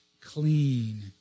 clean